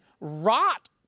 rot